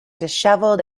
dishevelled